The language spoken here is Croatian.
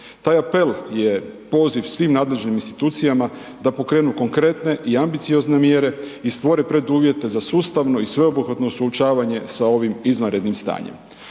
Taj apel je poziv svim nadležnim institucijama da pokrenu konkretne i ambiciozne mjere i stvore preduvjete za sustavno i sveobuhvatno suočavanje sa ovim izvanrednim stanjem.